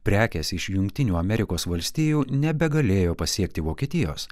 prekės iš jungtinių amerikos valstijų nebegalėjo pasiekti vokietijos